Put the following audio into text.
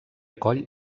coll